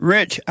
Rich